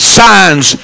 signs